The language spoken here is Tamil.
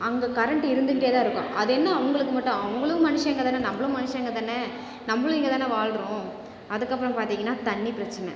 அங்கே கரண்ட் இருந்துகிட்டே தான் இருக்கும் அதென்ன அவங்களுக்கு மட்டும் அவங்களும் மனுஷங்க தான நம்மளும் மனுஷங்க தான நம்மளும் இங்கே தான வாழ்கிறோம் அதுக்கப்புறம் பார்த்திங்கன்னா தண்ணி பிரச்சினை